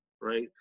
right